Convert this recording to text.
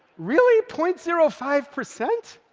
really point zero five percent?